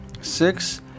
six